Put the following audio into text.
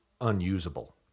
unusable